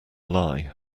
lie